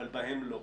אבל בהם לא.